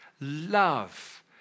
love